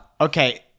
okay